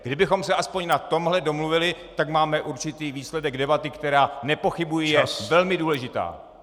Kdybychom se aspoň na tomhle domluvili, tak máme určitý výsledek debaty, která, nepochybuji, je velmi důležitá.